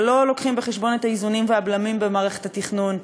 שלא מביאים בחשבון את האיזונים והבלמים במערכת התכנון.